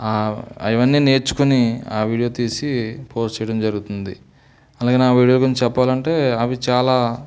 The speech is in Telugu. ఇవన్నీ నేర్చుకుని ఆ వీడియో తీసి పోస్ట్ చేయడం జరుగుతుంది అలాగే నా వీడియో గురించి చెప్పాలంటే అవి చాలా